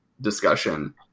discussion